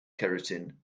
keratin